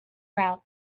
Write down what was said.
route